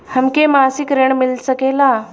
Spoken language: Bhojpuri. हमके मासिक ऋण मिल सकेला?